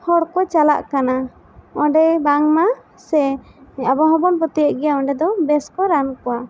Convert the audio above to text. ᱦᱚᱲ ᱠᱚ ᱪᱟᱞᱟᱜ ᱠᱟᱱᱟ ᱚᱸᱰᱮ ᱵᱟᱝ ᱢᱟ ᱥᱮ ᱟᱵᱚ ᱦᱚᱸᱵᱚᱱ ᱯᱟᱹᱛᱭᱟᱹᱜ ᱜᱮᱭᱟ ᱚᱸᱰᱮ ᱫᱚ ᱵᱮᱥ ᱠᱚ ᱨᱟᱱ ᱠᱚᱣᱟ